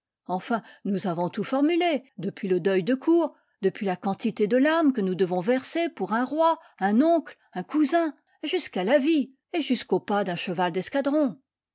enfin nous avons tout formulé depuis le deuil de cour depuis la quantité de larmes que nous devons verser pour un roi un oncle un cousin jusqu'à la vie et jusqu'au pas d'un cheval